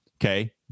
Okay